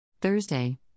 Thursday